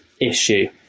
issue